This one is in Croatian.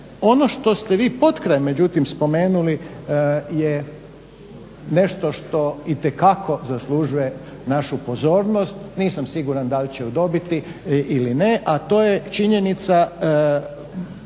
Ono što ste vi potkraj međutim spomenuli je nešto što itekako zaslužuje našu pozornost, nisam siguran da li će ju dobiti ili ne, a to je činjenica